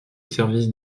service